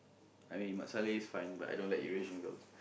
I mean mat salleh is fine but I don't like Eurasian girls